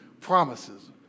promises